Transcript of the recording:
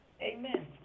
Amen